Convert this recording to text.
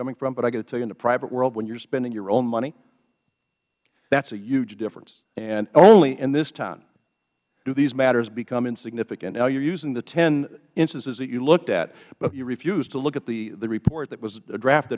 coming from but i have got to tell you in the private world when you are spending your own money that's a huge difference and only in this time do these matters become insignificant now you are using the ten instances that you looked at but you refuse to look at the report that was draft